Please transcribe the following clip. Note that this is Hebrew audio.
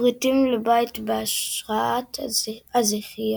ופריטים לבית בהשראת הזיכיון.